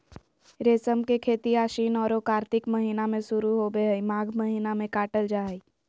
रेशम के खेती आशिन औरो कार्तिक महीना में शुरू होबे हइ, माघ महीना में काटल जा हइ